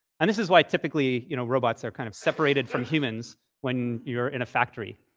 and this is why typically you know robots are kind of separated from humans when you're in a factory.